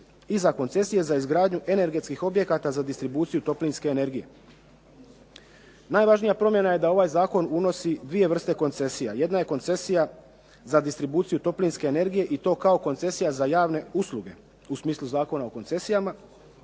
i za koncesije za izgradnju energetskih objekata za distribuciju toplinske energije. Najvažnija promjena je da ovaj zakon unosi dvije vrste koncesija. Jedna je koncesija za distribuciju toplinske energije i to kao koncesija za javne usluge u smislu Zakona o koncesijama